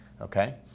okay